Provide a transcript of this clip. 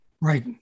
Right